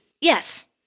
Yes